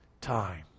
time